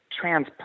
trans